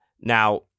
Now